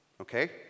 Okay